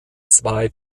zwei